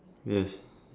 yes